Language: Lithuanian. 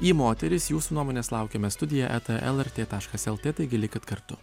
į moteris jūsų nuomonės laukiame studija eta lrt taškas lt taigi likit kartu